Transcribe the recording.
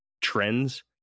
trends